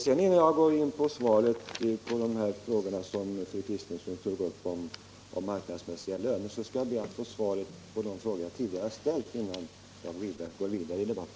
Sedan vill jag säga att innan jag svarar på fru Kristenssons fråga om den marknadsmässiga lönen och alltså går vidare i debatten skall jag be att få svar på de frågor som jag tidigare har ställt.